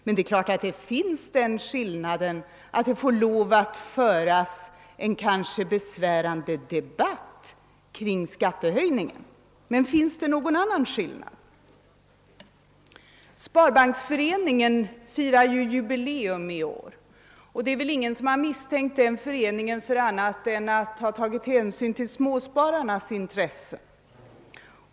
Men det är klart att man får lov att föra en kanske besvärande debatt kring skattehöjningen. Den skillnaden finns. Men finns det någon annan? Sparbanksföreningen firar ju jubi leum i år, och ingen misstänker väl denna förening för annat än att ha tagit hänsyn till småspararnas intressen.